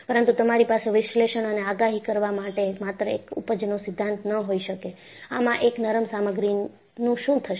પરંતુ તમારી પાસે વિશ્લેષણ અને આગાહી કરવા માટે માત્ર એક ઊપજનો સિદ્ધાંત ન હોઈ શકે આમાં એક નરમ સામગ્રીનું શું થશે